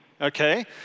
okay